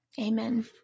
amen